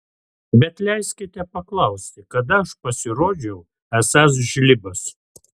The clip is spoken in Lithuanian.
bet leiskite paklausti kada aš pasirodžiau esąs žlibas